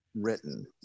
written